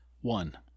one